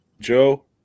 joe